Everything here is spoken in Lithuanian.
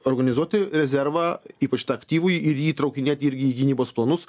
organizuoti rezervą ypač tą aktyvųjį ir jį įtraukinėt irgi į gynybos planus